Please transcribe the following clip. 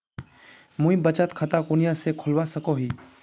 मुई बचत खता कुनियाँ से खोलवा सको ही?